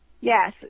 Yes